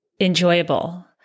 enjoyable